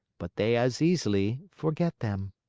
but they as easily forget them.